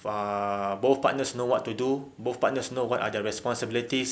uh both partners know what to do both partners know what are their responsibilities